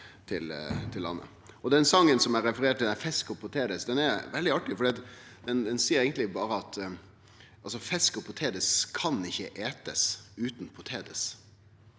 den songen som eg refererte frå, Fesk Og Potedes, er veldig artig. Han seier eigentleg berre at «fesk og potedes kan ikkje etes uten potedes».